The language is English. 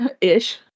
Ish